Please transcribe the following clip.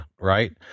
right